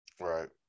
Right